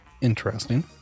Interesting